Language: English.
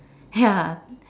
ya